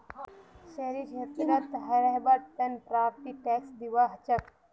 शहरी क्षेत्रत रहबार तने प्रॉपर्टी टैक्स दिबा हछेक